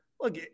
look